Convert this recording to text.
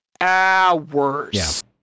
hours